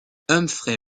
humphrey